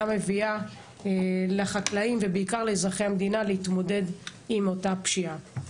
מביאה לחקלאים ובעיקר לאזרחי המדינה כדי להתמודד עם אותה פשיעה.